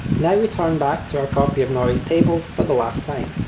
now we turn back to our copy of norie's table for the last time,